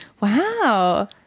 Wow